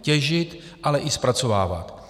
Těžit, ale i zpracovávat.